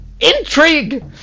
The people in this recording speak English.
Intrigue